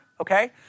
okay